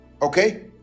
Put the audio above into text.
Okay